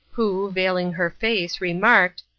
who, veiling her face, remarked,